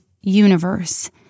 universe